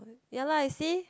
ya lah you see